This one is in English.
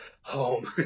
home